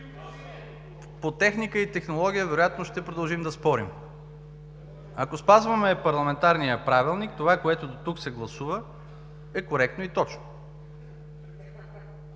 По техника и технология вероятно ще продължим да спорим. Ако спазваме парламентарния правилник – това, което дотук се гласува, е коректно и точно,